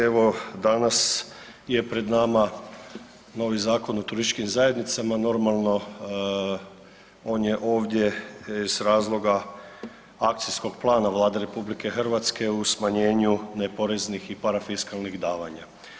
Evo danas je pred nama novi Zakon o turističkim zajednicama, normalno on je ovdje iz razloga akcijskog plana Vlade RH o smanjenju neporeznih i parafiskalnih davanja.